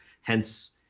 hence